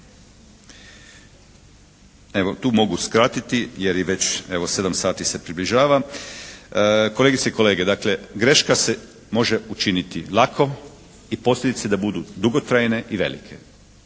Evo tu mogu skratiti jer je već evo 7 sati se približava. Kolegice i kolege dakle greška se može učiniti lako i posljedice da budu dugotrajne i velike.